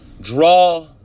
Draw